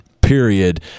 period